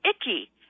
icky